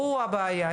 הוא הבעיה,